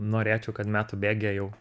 norėčiau kad metų bėgyje jau